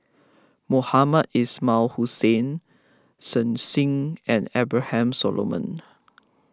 Mohamed Ismail Hussain Shen Xi and Abraham Solomon